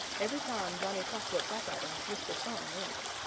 every time johnny chuck looked up at him mr. sun winked.